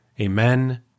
Amen